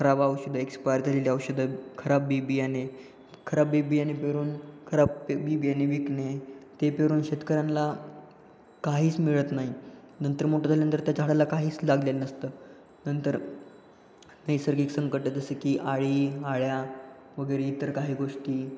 खराब औषधं एक्सपायर झालेली औषधं खराब बी बियाणे खराब बी बियाणे पेरून खराब बी बियाणे विकणे ते पेरून शेतकऱ्यांना काहीच मिळत नाही नंतर मोठं झाल्यानंतर त्या झाडाला काहीच लागलेलं नसतं नंतर नैसर्गिक संकटात जसं की आळी आळ्या वगैरे इतर काही गोष्टी